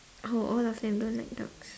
oh all of them don't like dogs